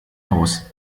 aus